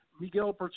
Miguel